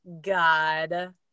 God